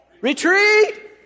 retreat